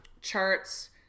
charts